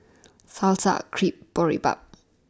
Salsa Crepe Boribap